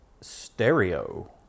stereo